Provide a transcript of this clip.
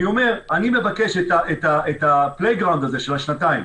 אני מבקש את ה-playground הזה של השנתיים,